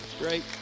great